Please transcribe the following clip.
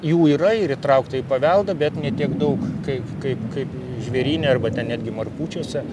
jų yra ir įtraukta į paveldą bet ne tiek daug kaip kaip kaip žvėryne arba ten netgi markučiuose